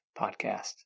Podcast